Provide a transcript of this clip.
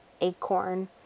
Acorn